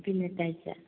പിന്നത്തെയാഴ്ച